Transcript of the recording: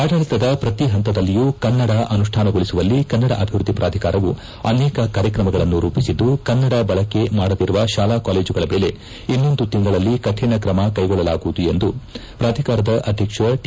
ಆಡಳಿತದ ಪ್ರತಿ ಪಂತದಲ್ಲಿಯೂ ಕನ್ನಡ ಅನುಷ್ಠಾನಗೊಳಿಸುವಲ್ಲಿ ಕನ್ನಡ ಅಭಿವೃದ್ಧಿ ಪ್ರಾಧಿಕಾರವು ಅನೇಕ ಕಾರ್ಯಕ್ರಮಗಳನ್ನು ರೂಪಿಸಿದ್ದು ಕನ್ನಡ ಬಳಕೆ ಮಾಡದಿರುವ ಶಾಲಾ ಕಾಲೇಜುಗಳ ಮೇಲೆ ಇನ್ನೊಂದು ತಿಂಗಳಲ್ಲಿ ಕಠಿಣ ಕ್ರಮ ಕೈಗೊಳ್ಳಲಾಗುವುದೆಂದು ಪ್ರಾಧಿಕಾರದ ಅಧ್ಯಕ್ಷ ಟಿ